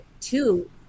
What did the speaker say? two